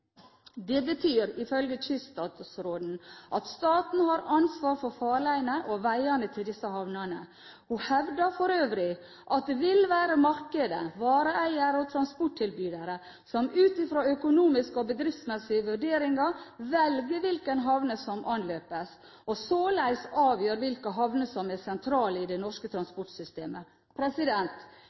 Det betyr, ifølge kyststatsråden, at staten har ansvaret for farleiene og veiene til disse havnene. Hun hevdet for øvrig at det vil være markedet – vareeiere og transporttilbydere – som ut fra økonomiske og bedriftsmessige vurderinger velger hvilke havner som anløpes, og således avgjør hvilke havner som er sentrale i det norske transportsystemet.